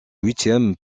huitième